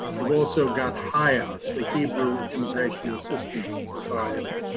you've also got hias, the hebrew immigration assistance society.